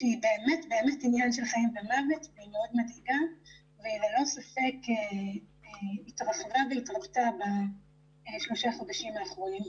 שהיא עניין של חיים ומוות והיא ללא ספק התרחבה בשלושת החודשים האחרונים.